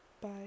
Bye